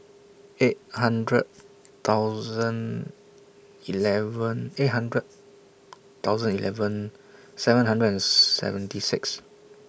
eight hundred thousand eleven eight hundred thousand eleven seven hundred and seventy six